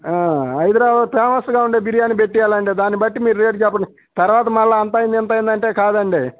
హైదరాబాద్ ఫేమస్గా ఉండే బిర్యానీ పెట్టి ఇవ్వాలండి దాన్ని బట్టి మీరు రేట్ చెప్పండి తర్వాత మళ్ళా అంతయింది ఇంతైందంటే కాదండి